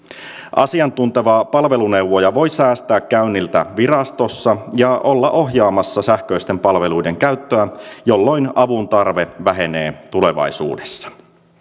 asiantunteva palveluneuvoja voi säästää käynniltä virastossa ja olla ohjaamassa sähköisten palveluiden käyttöä jolloin avun tarve vähenee tulevaisuudessa